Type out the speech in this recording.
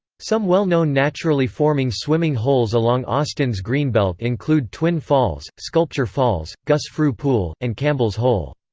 some well known naturally forming swimming holes along austin's greenbelt include twin falls, sculpture falls, gus fruh pool, and campbell's hole.